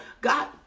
God